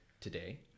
today